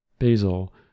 Basil